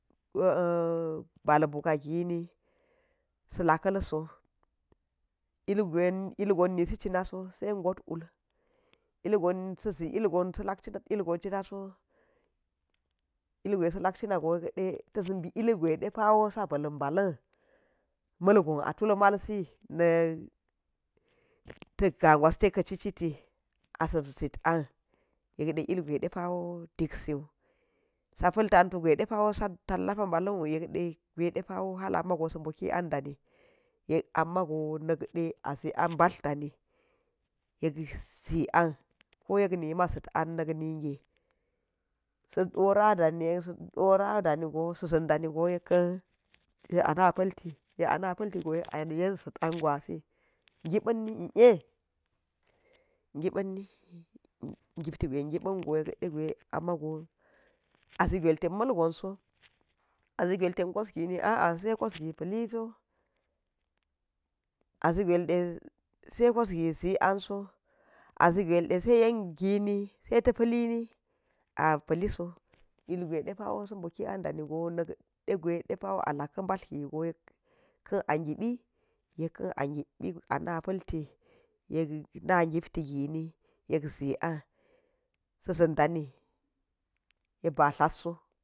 bal buka̱ gini, sa̱ lakalso ilgwai, ilgon nisi cinaso ɗegot wul, ilgon sa̱ zi ilgon cinaso ilgwai sa̱ lak cinago yeleɗe ta̱s bi ilgwai depa̱wo sa̱na̱l ba̱la̱n malgon atul malsi na, ta̱ga̱ gwaste ka̱ citi asa̱ zat an yekɗe ilgwai ɗepa̱wo diksiu, sa̱pa̱l tantu gwai ɗepa̱ sa̱ tallapa̱ ba̱la̱nwu yekole gwaiɗepa̱wa alamago sa boki an ɗani, yek amago nakɗe azi a batlir dani yekzi an ba̱tla̱r dani, zi an ko yek nima za̱t an nakninge, sa dora̱ ɗani, sa dora adanigo sa dan aɗnika̱n yek ana̱ pa̱lti yek ana paltigo yek a yen zat an gwasi giba̱nni iye, gibanni, gipti gwai giban gwai gibango yekɗe ama̱go azi gwail ten malgoso azi gwail ten kosni a'a sai kosgi pa̱liso, azi gwail ten sai kosgi zi anso azi gwailde sai yengini saita̱ pa̱lini a paliso, ilgwai ɗepa̱wo sa doki an ɗanigo nak ɗegwai alak ka̱ mba̱tli gigo yekɗe gwai ɗepawo ka̱ a gibi yekka̱n a gibi ana̱ pa̱lti, yek na̱ giptigini yela si an sa̱ sa̱n ɗa̱ni yekbi a tlatsa